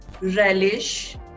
relish